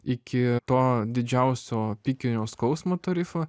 iki to didžiausio pikinio skausmo tarifo